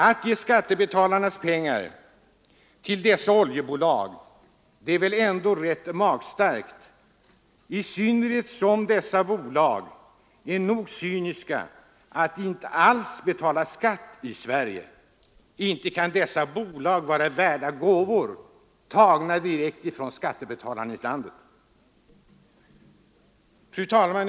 Att ge av skattebetalarnas pengar till dessa oljebolag är väl ändå rätt magstarkt, i synnerhet som dessa bolag är nog cyniska att inte alls betala skatt i Sverige. Inte kan dessa bolag vara värda gåvor, tagna direkt från skattebetalarna i landet! Fru talman!